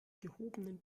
gehobenen